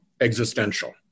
existential